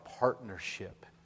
Partnership